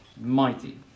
Mighty